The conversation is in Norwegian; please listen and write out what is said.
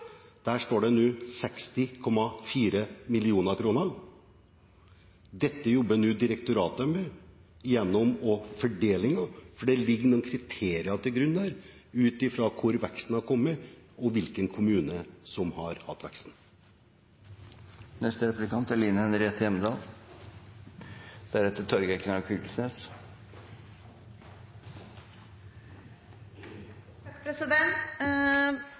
Der står det nå 60,4 mill. kr. Her jobber nå direktoratet med fordelingen, for det ligger noen kriterier til grunn der ut fra hvor veksten har kommet, og hvilken kommune som har hatt veksten. Jeg er